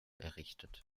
errichtet